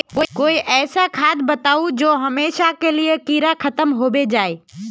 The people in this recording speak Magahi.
कोई ऐसा खाद बताउ जो हमेशा के लिए कीड़ा खतम होबे जाए?